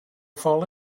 fall